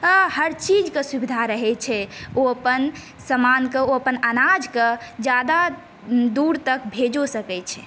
हर चीजके सुविधा रहै छै ओ अपन समानके ओ अपन अनाजके ज्यादा दूर तक भेज सकैछै